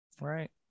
Right